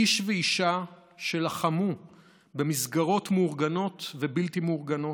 איש ואישה שלחמו במסגרות מאורגנות ובלתי מאורגנות,